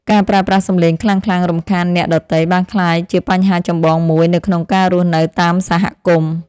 ការប្រើប្រាស់សំឡេងខ្លាំងៗរំខានអ្នកដទៃបានក្លាយជាបញ្ហាចម្បងមួយនៅក្នុងការរស់នៅតាមសហគមន៍។